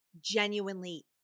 genuinely